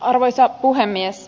arvoisa puhemies